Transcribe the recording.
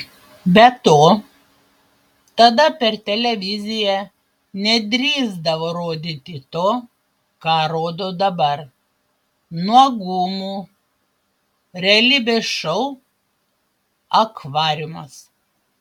be to tada per televiziją nedrįsdavo rodyti to ką rodo dabar nuogumų realybės šou akvariumas